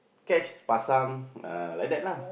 catch pasang uh like that lah